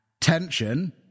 Tension